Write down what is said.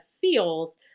feels